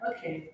Okay